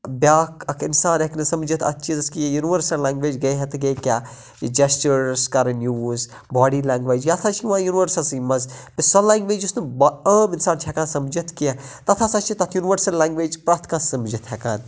بیاکھ اَکھ اِنسان ہیٚکہِ نہٕ سَمجِتھ اَتھ چیزَس کِہیٖنۍ یوٗنِؤرسَل لینگویٚج گٔے ہے تہٕ گٔے کیاہ جَسچٲرٕس کَرٕنۍ یوٗز باڈی لینگویٚج یہِ ہَسا چھِ یِوان یوٗنِؤرسَلسٕے مَنٛز سۄ لینگویٚج یُس نہٕ آم اِنسان چھِ ہیکان سَمجِتھ کیٚنٛہہ تَتھ ہَسا چھِ تَتھ یوٗنِؤرسَل لینگویٚج پرٮ۪تھ کانہہ سَمجِتھ ہیکان